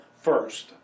first